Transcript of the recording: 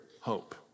hope